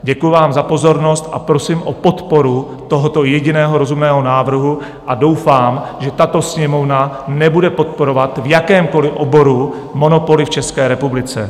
Děkuji vám za pozornost, prosím o podporu tohoto jediného rozumného návrhu a doufám, že tato Sněmovna nebude podporovat v jakémkoliv oboru monopoly v České republice.